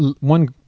one